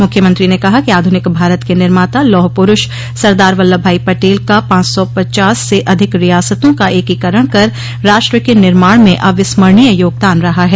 मुख्यमंत्री ने कहा कि आधुनिक भारत के निर्माता लौह पुरूष सरदार वल्लभ भाई पटेल का पांच सौ पचास से अधिक रियासतों का एकीकरण कर राष्ट्र के निर्माण में अविस्मरणीय योगदान रहा है